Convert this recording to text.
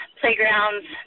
playgrounds